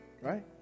Right